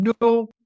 no